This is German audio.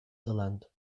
irland